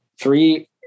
three